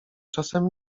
czasem